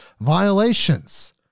violations